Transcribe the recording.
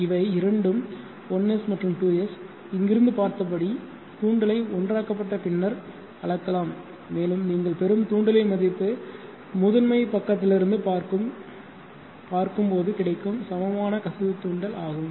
இவை இரண்டும் 1 s மற்றும் 2 s இங்கிருந்து பார்த்தபடி தூண்டலை ஒன்றாகபட்ட பின்னர் அளக்கலாம் மேலும் நீங்கள் பெறும் தூண்டலின் மதிப்பு முதன்மைப் பக்கத்திலிருந்து பார்க்கும்போது கிடைக்கும் சமமான கசிவு தூண்டல் ஆகும்